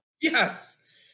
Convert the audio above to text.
Yes